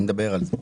נדבר על זה.